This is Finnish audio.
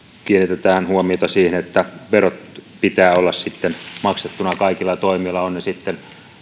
kiinnitetään huomiota siihen että verojen pitää olla sitten maksettuina kaikilla toimijoilla ovat ne sitten